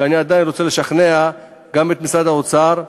ואני עדיין רוצה לשכנע גם את משרד האוצר,